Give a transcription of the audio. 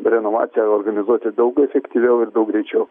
renovaciją organizuoti daug efektyviau ir daug greičiau